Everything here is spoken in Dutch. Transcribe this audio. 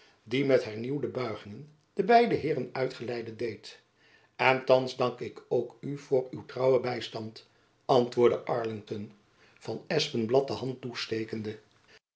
die met hernieuwde buigingen den beiden heeren uitgeleide deed en thands dank ik ook u voor uw trouwen bystand antwoordde arlington van espenblad de hand toestekende